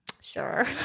sure